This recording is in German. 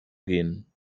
gehen